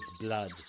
blood